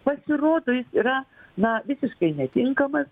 pasirodo jis yra na visiškai netinkamas